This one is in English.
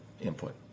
input